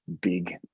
big